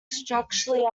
structurally